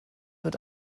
mit